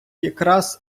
якраз